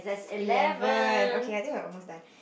eleven okay I think we are almost done